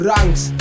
Ranks